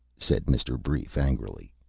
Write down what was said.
said mr. brief, angrily.